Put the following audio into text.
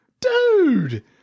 dude